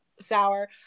sour